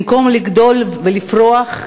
במקום לגדול ולפרוח,